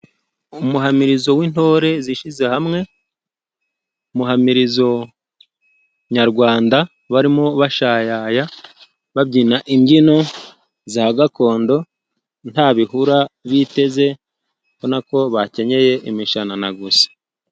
Umuhamirizo w'intore zishyize hamwe. Umuhamirizo nyarwanda, barimo bashayaya, babyina imbyino za gakondo, nta bihura biteze, ubona ko bakenyeye imishanana gusa.